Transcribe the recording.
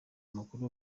amakuru